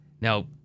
Now